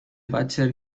butcher